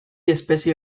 espezie